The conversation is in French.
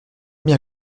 bien